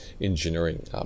engineering